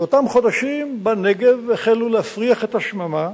באותם חודשים בנגב החלו להפריח את השממה.